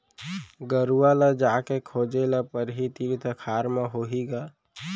गरूवा ल जाके खोजे ल परही, तीर तखार म होही ग